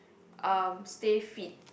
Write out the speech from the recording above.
um stay fit